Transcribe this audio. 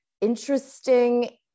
interesting